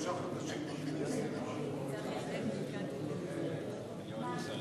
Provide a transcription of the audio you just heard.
(הוראת שעה), התשס"ט 2009, נתקבל.